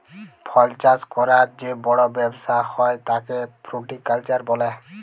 ফল চাষ ক্যরার যে বড় ব্যবসা হ্যয় তাকে ফ্রুটিকালচার বলে